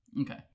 Okay